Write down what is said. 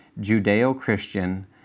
Judeo-Christian